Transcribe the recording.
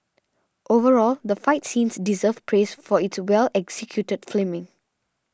overall the fight scenes deserve praise for its well executed filming